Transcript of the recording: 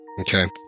Okay